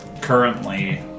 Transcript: currently